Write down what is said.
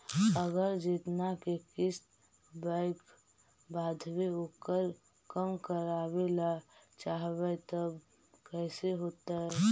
अगर जेतना के किस्त बैक बाँधबे ओकर कम करावे ल चाहबै तब कैसे होतै?